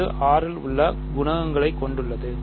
இது R இல் உள்ள குணகங்களுடன் உள்ளது